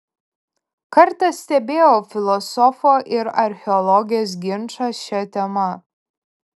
kartą stebėjau filosofo ir archeologės ginčą šia tema